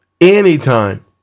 anytime